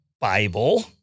Bible